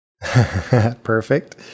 Perfect